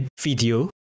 video